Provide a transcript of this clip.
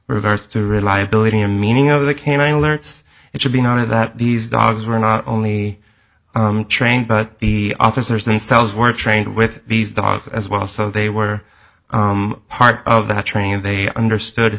reverts to reliability a meaning of the canine alerts it should be noted that these dogs were not only trained but the officers themselves were trained with these dogs as well so they were part of the training they understood